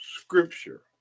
scripture